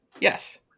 Yes